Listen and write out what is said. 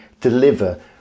deliver